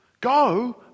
Go